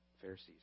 Pharisees